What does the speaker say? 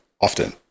often